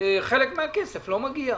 חלק מהכסף לא מגיע.